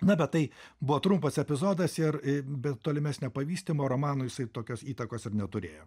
na bet tai buvo trumpas epizodas ir be tolimesnio vystymo romanui jisai tokios įtakos ir neturėjo